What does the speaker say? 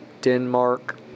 Denmark